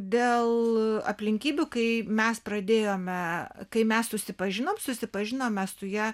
dėl aplinkybių kai mes pradėjome kai mes susipažinom susipažinome su ja